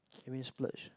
it mean splurge